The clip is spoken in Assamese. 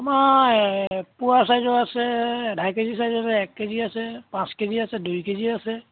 আমাৰ এপোৱা চাইজৰ আছে আধা কে জি চাইজৰ আছে এক কে জি আছে পাঁচ কে জি আছে দুই কে জি আছে